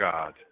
God